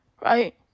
Right